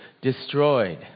destroyed